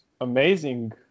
amazing